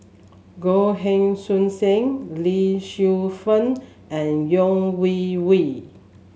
Goh Heng Soon Sam Lee Shu Fen and Yeo Wei Wei